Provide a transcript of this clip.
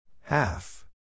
Half